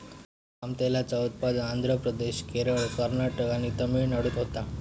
palm तेलाचा उत्पादन आंध्र प्रदेश, केरळ, कर्नाटक आणि तमिळनाडूत होता